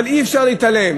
אבל אי-אפשר להתעלם